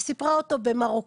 היא סיפרה אותו במרוקאית,